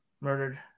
murdered